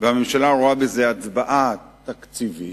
והממשלה רואה בזה הצעה תקציבית,